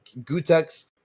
Gutex